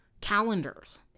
calendars